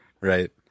Right